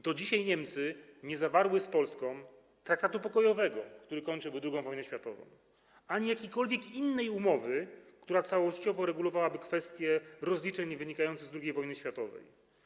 Do dzisiaj Niemcy nie zawarły z Polską traktatu pokojowego, który kończyłby II wojnę światową, ani jakiejkolwiek innej umowy, która całościowo regulowałaby kwestię rozliczeń wynikających z II wojny światowej.